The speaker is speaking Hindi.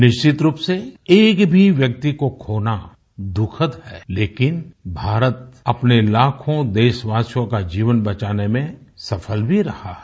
निश्चित रूप से एक भी व्यसक्ति को खोना दुखद है लेकिन भारत अपने लाखों देशवासियों का जीवन बचाने में सफल भी रहा है